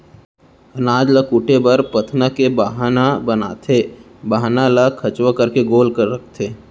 अनाज ल कूटे बर पथना के बाहना बनाथे, बाहना ल खंचवा करके गोल रखथें